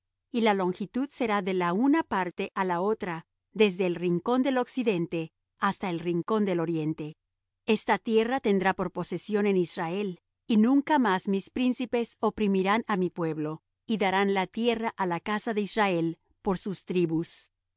y la longitud será de la una parte á la otra desde el rincón del occidente hasta el rincón del oriente esta tierra tendrá por posesión en israel y nunca más mis príncipes oprimirán á mi pueblo y darán la tierra á la casa de israel por sus tribus